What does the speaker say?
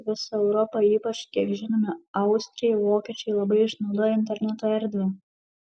visa europa ypač kiek žinome austrai vokiečiai labai išnaudoja interneto erdvę